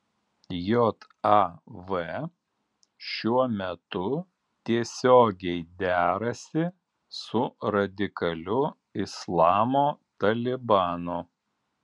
jav šiuo metu tiesiogiai derasi su radikaliu islamo talibanu